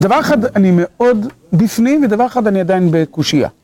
דבר אחד אני מאוד בפנים ודבר אחד אני עדיין בקושייה.